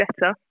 better